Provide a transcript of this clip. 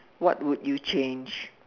what would you change